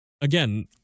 again